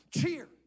cheer